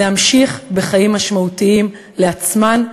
להמשיך בחיים משמעותיים לעצמן,